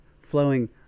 flowing